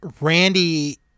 Randy